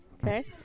Okay